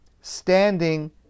standing